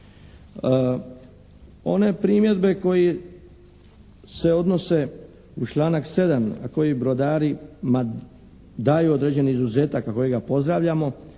One primjedbe koje se odnose uz članak 7. a koji brodari daju određeni izuzetak, a kojega pozdravljamo.